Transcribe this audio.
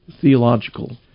theological